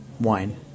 Wine